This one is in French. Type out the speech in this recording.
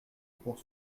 pour